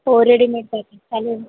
हो readymade packet चालेल